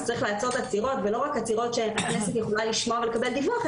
אז צריך לעצור עצירות ולא רק עצירות שהכנסת יכולה לשמוע ולקבל דיווח,